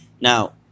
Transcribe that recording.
Now